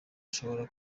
ashobora